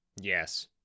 Yes